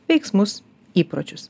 veiksmus įpročius